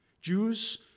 Jews